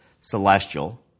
celestial